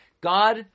God